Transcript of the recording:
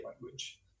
language